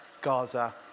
Gaza